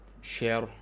share